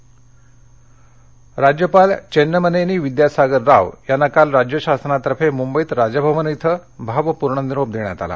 राज्यपाल राज्यपाल चेन्नमनेनी विद्यासागर राव यांना काल राज्य शासनातर्फे मुंबईत राजभवन इथं भावपूर्ण निरोप देण्यात आला